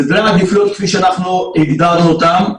סדרי העדיפויות כפי שהגדרנו אותם הם: